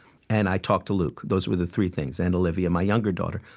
and i talk to luke. those were the three things and olivia, my younger daughter.